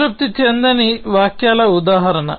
సంతృప్తి చెందని వాక్యాల ఉదాహరణ